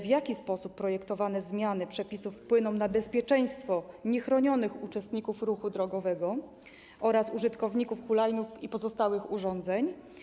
W jaki sposób projektowane zmiany przepisów wpłyną na bezpieczeństwo niechronionych uczestników ruchu drogowego oraz użytkowników hulajnóg i pozostałych urządzeń?